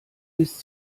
ist